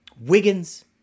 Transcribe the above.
Wiggins